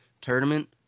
tournament